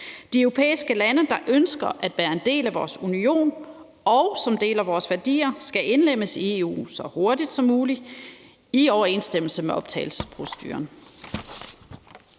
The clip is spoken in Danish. De europæiske lande, der ønsker at være en del af vores union, og som deler vores værdier, skal indlemmes i EU så hurtigt som muligt i overensstemmelse med optagelsesproceduren.